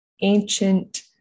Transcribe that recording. ancient